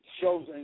shows